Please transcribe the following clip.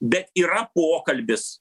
bet yra pokalbis